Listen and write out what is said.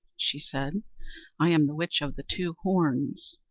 she said i am the witch of the two horns,